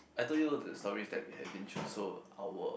I told you the stories that we have been through so our